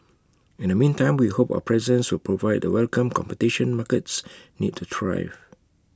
in the meantime we hope our presence will provide the welcome competition markets need to thrive